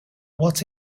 what